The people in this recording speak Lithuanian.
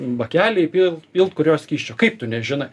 bakelį pil pilt kurio skysčio kaip tu nežinai